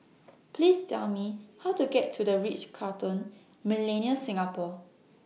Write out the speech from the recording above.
Please Tell Me How to get to The Ritz Carlton Millenia Singapore